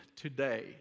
today